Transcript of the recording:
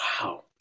wow